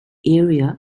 area